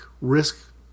risk